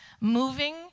moving